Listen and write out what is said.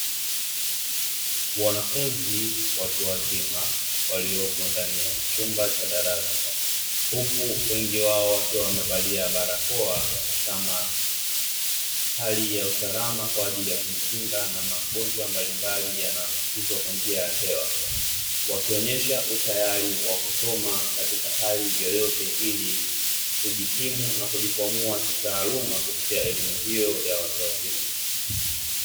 Wanafunzi watu wazima walioko ndani ya chumba cha darasa, huku wengi wao wakiwa wamevalia barakoa kama hali ya usalama kwa ajili ya kujikinga na magonjwa mbalimbali yanayoambukizwa na njia ya hewa, wakionyesha utayari wa kusoma katika hali yoyote ile, kujikimu na kujikwamua kitaaluma kupitia elimu hiyo ya watu wazima.